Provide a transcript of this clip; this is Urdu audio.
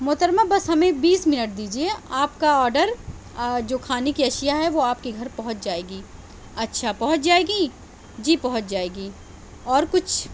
محترمہ بس ہمیں بیس منٹ دیجیے آپ کا آڈر جو کھانے کی اشیا ہے وہ آپ کے گھر پہنچ جائے گی اچھا پہنچ جائے گی جی پہنچ جائے گی اور کچھ